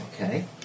Okay